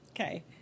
Okay